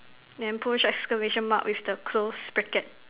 then push exclamation mark with the close bracket